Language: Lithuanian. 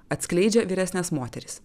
atskleidžia vyresnės moterys